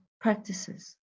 practices